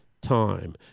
Time